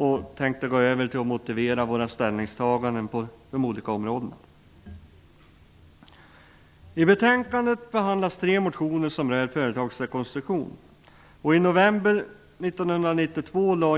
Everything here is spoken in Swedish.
Jag skall nu motivera våra ställningstaganden på de olika områdena.